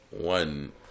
one